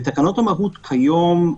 תקנות המהות כיום,